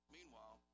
Meanwhile